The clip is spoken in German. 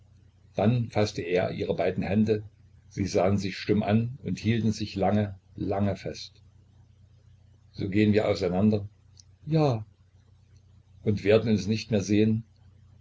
dann faßte er ihre beiden hände sie sahen sich stumm an und hielten sich lange lange fest so gehen wir auseinander ja und werden uns nicht mehr sehen